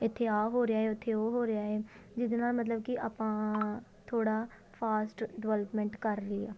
ਇੱਥੇ ਆਹ ਹੋ ਰਿਹਾ ਉੱਥੇ ਉਹ ਹੋ ਰਿਹਾ ਹੈ ਜਿਹਦੇ ਨਾਲ ਮਤਲਬ ਕਿ ਆਪਾਂ ਥੋੜ੍ਹਾ ਫਾਸਟ ਡਿਵੈਲਪਮੈਂਟ ਕਰ ਰਹੇ ਹਾਂ